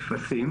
לאילו טפסים